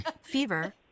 Fever